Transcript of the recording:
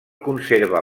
conserva